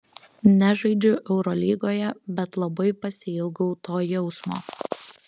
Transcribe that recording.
nežaidžiu eurolygoje bet labai pasiilgau to jausmo